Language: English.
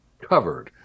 covered